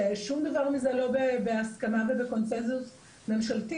ששום דבר מזה לא בהסכמה ובקונצנזוס ממשלתי.